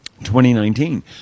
2019